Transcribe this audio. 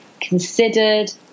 considered